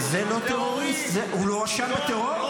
זה לא טרוריסט, הוא לא הואשם בטרור.